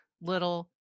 little